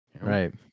Right